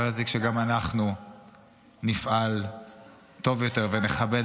לא יזיק שגם אנחנו נפעל טוב יותר ונכבד